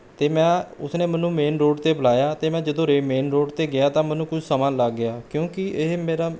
ਅਤੇ ਮੈਂ ਉਸਨੇ ਮੈਨੂੰ ਮੇਂਨ ਰੋਡ 'ਤੇ ਬੁਲਾਇਆ ਅਤੇ ਮੈਂ ਜਦੋਂ ਮੇਂਨ ਰੋਡ 'ਤੇ ਗਿਆ ਤਾਂ ਮੈਨੂੰ ਕੁਝ ਸਮਾਂ ਲੱਗ ਗਿਆ ਕਿਉਂਕਿ ਇਹ ਮੇਰਾ